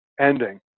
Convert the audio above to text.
ending